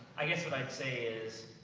i guess what i'd say is,